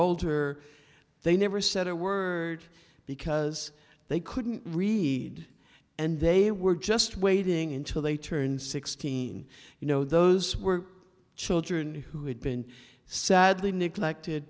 older they never said a word because they couldn't read and they were just waiting until they turned sixteen you know those were children who had been sadly neglected